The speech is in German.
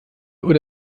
oder